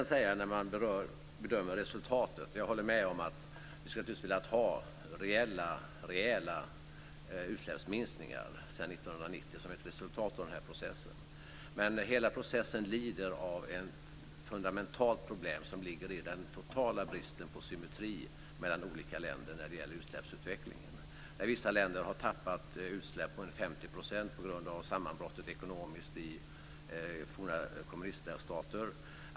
Låt mig sedan vad gäller resultatet säga att jag håller med om att vi naturligtvis skulle ha velat ha rejäla utsläppsminskningar sedan 1990 som ett resultat av den här processen. Men hela processen lider av ett fundamentalt problem, som ligger i den totala bristen på symmetri mellan olika länder när det gäller utsläppsutvecklingen. Vissa länder har minskat utsläppen med ungefär 50 % på grund av det ekonomiska sammanbrottet i forna kommuniststater.